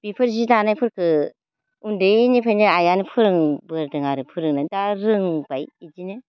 बेफोर सि दानायफोरखौ उन्दैनिफ्रायनो आइयानो फोरोंबोदों आरो फोरोंनाया दा रोंबाय बिदिनो